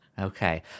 Okay